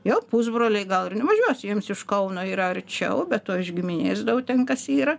jo pusbroliai gal ir nevažiuos jiems iš kauno yra arčiau be to iš giminės daug ten kas yra